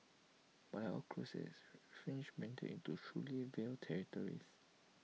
but like all crusades the fringes meandered into truly vile territories